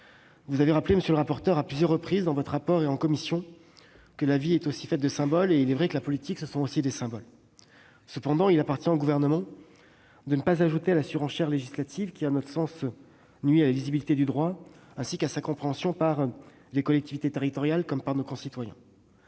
Vous avez rappelé à plusieurs reprises dans votre rapport et en commission que « la vie est aussi faite de symboles ». Il est vrai que, la politique, ce sont aussi des symboles. Cependant, il appartient au Gouvernement de ne pas en rajouter dans la surenchère législative, qui nuit à la lisibilité du droit et à sa compréhension par les collectivités territoriales comme par nos concitoyens.